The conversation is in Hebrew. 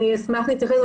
אני אשמח להתייחס.